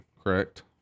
correct